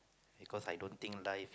because I don't think life